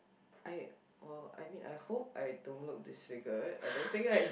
I well I mean I hope I don't look disfigured I don't think I